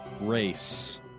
Race